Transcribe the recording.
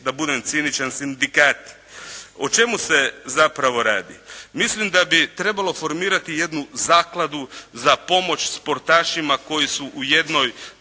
da budem ciničan, sindikati? O čemu se zapravo radi? Mislim da bi trebalo formirati jednu zakladu za pomoć sportašima koji su u jednoj